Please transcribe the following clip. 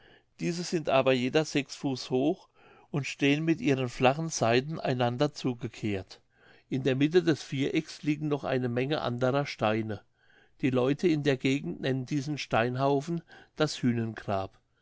diese sind aber jeder sechs fuß hoch und stehen mit ihren flachen seiten einander zugekehrt in der mitte des vierecks liegen noch eine menge anderer steine die leute in der gegend nennen diesen steinhaufen das